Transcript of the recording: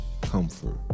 comfort